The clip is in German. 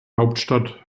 hauptstadt